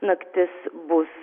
naktis bus